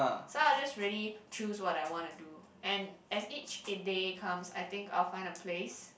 so I'll just really choose what I wanna do and as each it day comes I think I'll find a place